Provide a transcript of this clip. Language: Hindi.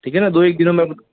ठीक है ना दो एक दिनों में